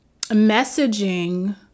messaging